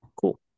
Cool